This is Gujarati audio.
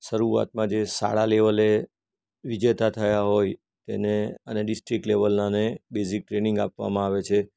શરૂઆતમાં જે શાળા લેવલે વિજેતા થયા હોય એને અને ડિસ્ટ્રિક્ટ લેવલનાને બેઝિક ટ્રેઈનીંગ આપવામાં આવે છે